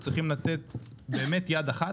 צריכים לתת באמת באמת יד אחת,